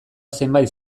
zenbat